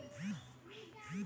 एक गहाणखत कर्जाप्रमाणे काम करता